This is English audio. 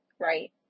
Right